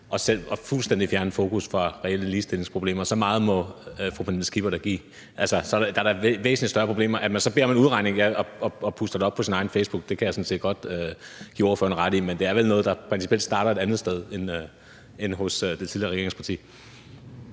se, fuldstændig at fjerne fokus fra reelle ligestillingsproblemer. Så meget må fru Pernille Skipper da give mig. Altså, der er da væsentlig større problemer. Det med, at man så beder om en udregning og puster det op på sin egen Facebook, kan jeg sådan set godt give ordføreren ret i, men det er vel noget, der principielt starter et andet sted end hos det tidligere regeringsparti.